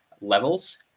levels